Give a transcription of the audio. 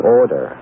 order